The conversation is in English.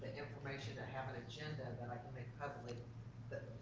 information to have an agenda that i can make publicly,